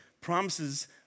promises